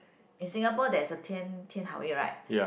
in Singapore there is a Tian Tian-Hao-Wei right